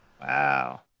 Wow